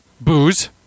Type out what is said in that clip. Booze